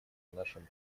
нашим